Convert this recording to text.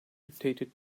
dictated